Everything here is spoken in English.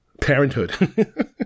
parenthood